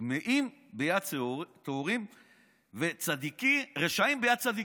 טמאים ביד טהורים ורשעים ביד צדיקים".